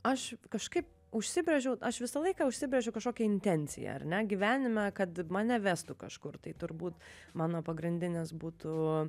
aš kažkaip užsibrėžiau aš visą laiką užsibrėžiau kažkokią intenciją ar ne gyvenime kad mane vestų kažkur tai turbūt mano pagrindinis būtų